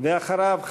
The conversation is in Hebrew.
ואחריו,